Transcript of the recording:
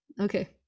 Okay